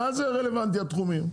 מה זה רלוונטי התחומים.